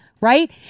right